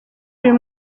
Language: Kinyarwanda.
uyu